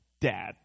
dad